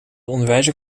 onderwijzer